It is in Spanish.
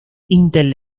intel